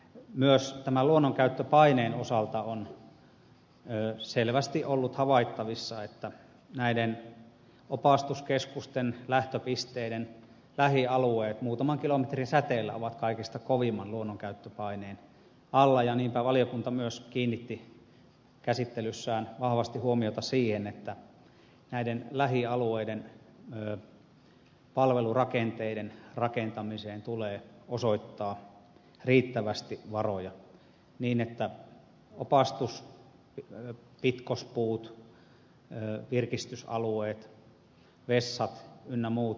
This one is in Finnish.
myös luonnonkäyttöpaineen osalta on selvästi ollut havaittavissa että näiden opastuskeskusten lähtöpisteiden lähialueet muutaman kilometrin säteellä ovat kaikista kovimman luonnonkäyttöpaineen alla ja niinpä valiokunta myös kiinnitti käsittelyssään vahvasti huomiota siihen että näiden lähialueiden palvelurakenteiden rakentamiseen tulee osoittaa riittävästi varoja niin että opastus pitkospuut virkistysalueet vessat ynnä muuta